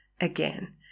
again